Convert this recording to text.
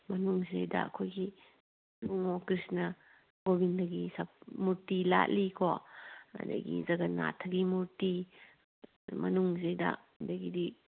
ꯃꯅꯨꯡꯁꯤꯗ ꯑꯩꯈꯣꯏꯒꯤ ꯏꯕꯨꯡꯉꯣ ꯀ꯭ꯔꯤꯁꯅꯥ ꯒꯣꯕꯤꯟꯗꯒꯤ ꯃꯨꯔꯇꯤ ꯂꯥꯠꯂꯤꯀꯣ ꯑꯗꯒꯤ ꯖꯥꯒꯅꯥꯊꯒꯤ ꯃꯨꯔꯇꯤ ꯃꯅꯨꯡꯁꯤꯗꯩꯗ ꯑꯗꯒꯤꯗꯤ